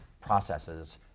processes